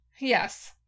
Yes